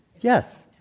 Yes